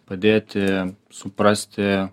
padėti suprasti